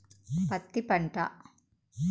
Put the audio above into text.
పత్తి పంట